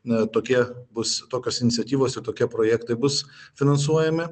ne tokie bus tokios iniciatyvos tokie projektai bus finansuojami